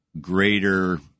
greater